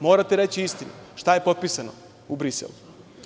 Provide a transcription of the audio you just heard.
Morate reći istinu šta je potpisano u Briselu.